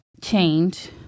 change